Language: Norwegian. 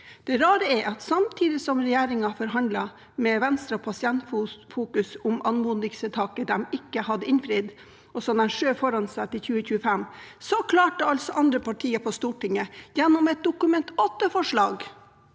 Det rare er at samtidig som regjeringen forhandlet med Venstre og Pasientfokus om anmodningsvedtaket de ikke hadde innfridd, og som de skjøv foran seg til 2025, klarte altså andre partier på Stortinget, gjennom et Dokument 8-forslag